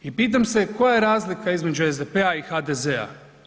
I pitam se koja je razlika između SDP-a i HDZ-a.